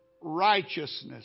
righteousness